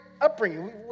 upbringing